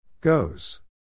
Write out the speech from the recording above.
Goes